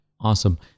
Awesome